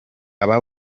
aba